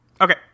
Okay